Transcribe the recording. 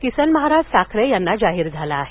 किसन महाराज साखरे यांना जाहीर झाला आहे